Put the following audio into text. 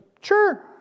Sure